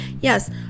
yes